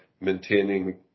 maintaining